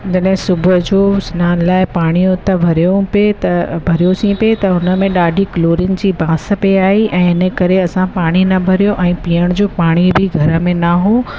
जॾहिं सुबुह जो सिनान लाइ पाणी हुतां भरियो पिए त भरियोसीं पिए त हुन में ॾाढी क्लोरिन जी बांस पिए आहीं ऐं इनकरे असां पाणी न भरियो ऐं पीअण जो पाणी बि घर में न हुओ